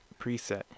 preset